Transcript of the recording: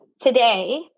today